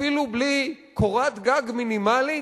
אפילו בלי קורת גג מינימלית?